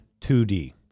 2D